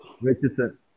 Richardson